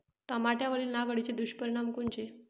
टमाट्यावरील नाग अळीचे दुष्परिणाम कोनचे?